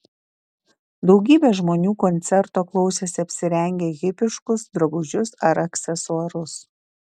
daugybė žmonių koncerto klausėsi apsirengę hipiškus drabužius ar aksesuarus